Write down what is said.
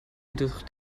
jedoch